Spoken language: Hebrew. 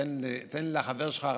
תן לחבר שלך,